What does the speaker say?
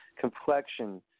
complexion